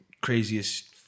craziest